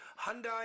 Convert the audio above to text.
Hyundai